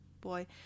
boy